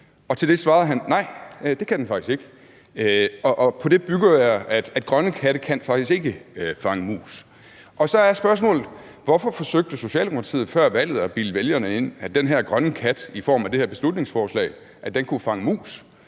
Til det svarede han: Nej, det kan den faktisk ikke. På det bygger jeg, at grønne katte faktisk ikke kan fange mus. Så er spørgsmålet, hvorfor Socialdemokratiet før valget forsøgte at bilde vælgerne ind, at den her grønne kat i form af det her beslutningsforslag kunne fange mus,